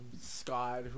Scott